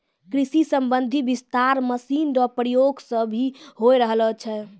कृषि संबंधी विस्तार मशीन रो प्रयोग से भी होय रहलो छै